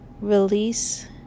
release